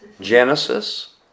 Genesis